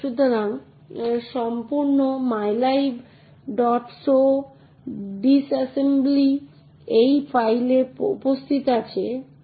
সুতরাং উদাহরণস্বরূপ হার্ডওয়্যারটি এমন পদ্ধতি সরবরাহ করে যার দ্বারা অ্যাপ্লিকেশনগুলি OS এক্সিকিউটেবল এবং OS কোড পরিবর্তন করতে বা দেখতে পারে না অন্যদিকে